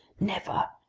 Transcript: never!